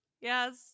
yes